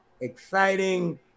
exciting